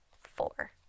four